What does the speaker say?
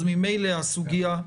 אז ממילא הסוגיה,